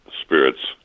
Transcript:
spirits